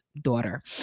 daughter